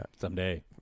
Someday